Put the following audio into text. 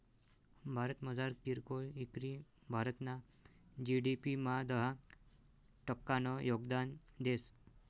भारतमझार कीरकोय इकरी भारतना जी.डी.पी मा दहा टक्कानं योगदान देस